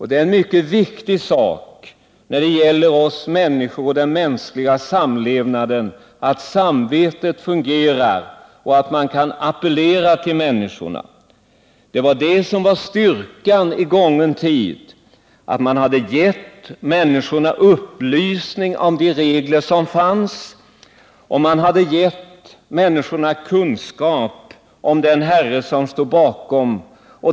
Det är en mycket viktig sak när det gäller oss människor och den mänskliga samlevnaden att samvetet fungerar och att man kan appellera till människorna. Styrkan i gången tid var att man hade givit människorna upplysning om de regler som fanns. Man hade givit människorna kunskap om den Herre som stod bakom.